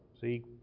See